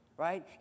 right